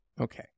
Okay